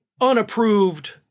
unapproved